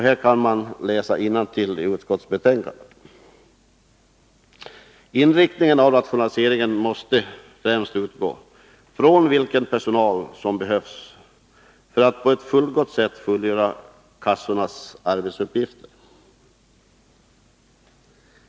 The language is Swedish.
Här kan man läsa innantill i utskottsbetänkandet: ”Inriktningen av rationaliseringsarbetet måste främst utgå från vilken personal som behövs för att på ett fullgott sätt fullgöra kassornas arbetsuppgifter.